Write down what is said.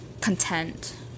content